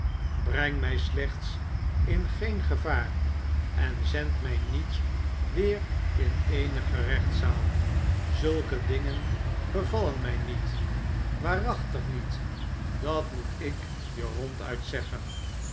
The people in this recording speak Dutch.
breng mij slechts in geen gevaar en zend mij niet weer in eene gerechtszaal zulke dingen bevallen mij niet waarachtig niet dat moet ik je ronduit zeggen